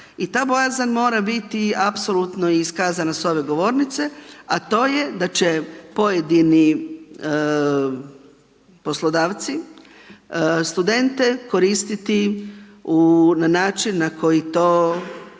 i ta bojazan mora biti apsolutno iskazana s ove govornice a to je da će pojedini poslodavci studente koristiti na način na koji to